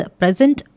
present